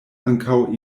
ankaŭ